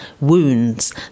wounds